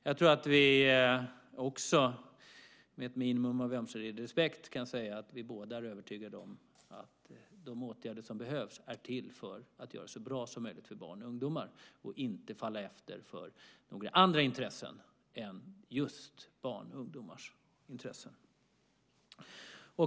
Jag tror att vi också med ett minimum av ömsesidig respekt kan säga att vi båda är övertygade om att de åtgärder som behövs är till för att göra det så bra som möjligt för barn och ungdomar och inte falla efter för några andra intressen än just barns och ungdomars.